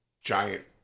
giant